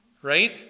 Right